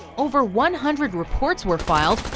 over one hundred reports were filed,